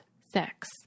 sex